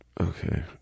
Okay